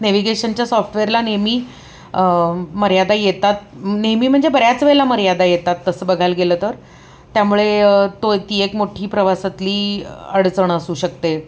नेव्हिगेशनच्या सॉफ्टवेअरला नेहमी मर्यादा येतात नेहमी म्हणजे बऱ्याच वेळेला मर्यादा येतात तसं बघायला गेलं तर त्यामुळे तो ती एक मोठी प्रवासातली अडचण असू शकते